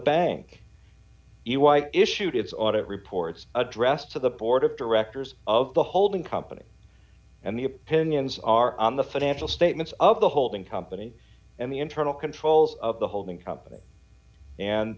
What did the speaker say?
bank issued its audit reports addressed to the board of directors of the holding company and the opinions are on the financial statements of the holding company and the internal controls of the holding company and